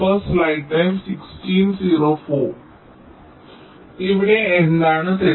ശരി ഇവിടെ എന്താണ് തെറ്റ്